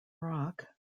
rock